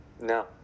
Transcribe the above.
No